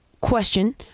Question